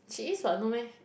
she is what no meh